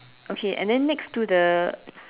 okay and then next to the